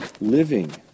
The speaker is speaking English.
living